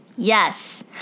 Yes